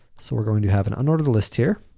so, we're going to have an unordered list here.